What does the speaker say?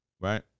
Right